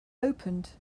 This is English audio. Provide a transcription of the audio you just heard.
opened